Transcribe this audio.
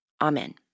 Amen